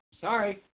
sorry